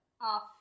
off